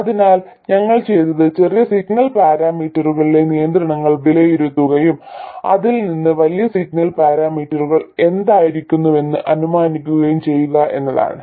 അതിനാൽ ഞങ്ങൾ ചെയ്തത് ചെറിയ സിഗ്നൽ പാരാമീറ്ററുകളിലെ നിയന്ത്രണങ്ങൾ വിലയിരുത്തുകയും അതിൽ നിന്ന് വലിയ സിഗ്നൽ പാരാമീറ്ററുകൾ എന്തായിരിക്കണമെന്ന് അനുമാനിക്കുകയും ചെയ്യുക എന്നതാണ്